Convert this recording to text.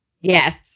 Yes